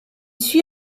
suit